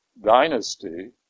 dynasty